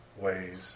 ways